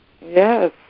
Yes